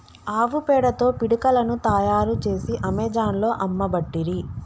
ఆవు పేడతో పిడికలను తాయారు చేసి అమెజాన్లో అమ్మబట్టిరి